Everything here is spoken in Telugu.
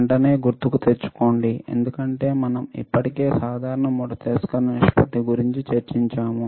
వెంటనే గుర్తుకు తెచ్చుకోండి ఎందుకంటే మేము ఇప్పటికే సాధారణ మోడ్ తిరస్కరణ నిష్పత్తి గురించి చర్చించాము